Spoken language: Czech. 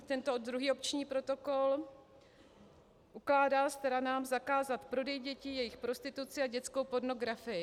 Tento druhý opční protokol ukládá stranám zakázat prodej dětí, jejich prostituci a dětskou pornografii.